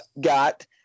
got